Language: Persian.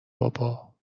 بابا